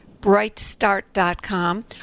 brightstart.com